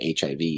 HIV